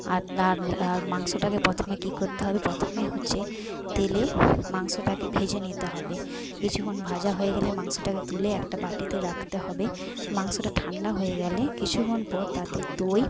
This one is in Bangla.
আর আর আর মাংসটাকে প্রথমে কী করতে হবে প্রথমে হচ্ছে তেলে মাংসটাকে ভেজে নিতে হবে কিছুক্ষন ভাজা হয়ে গেলে মাংসটাকে তুলে একটা বাটিতে রাখতে হবে মাংসটা ঠান্ডা হয়ে গেলে কিছুক্ষন পর তাতে দই